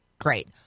Great